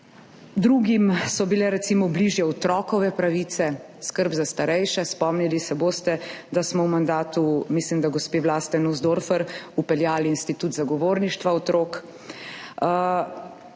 drugim so bile recimo bližje otrokove pravice, skrb za starejše. Spomnili se boste, da smo v mandatu, mislim, da gospe Vlaste Nussdorfer, vpeljali institut zagovorništva otrok.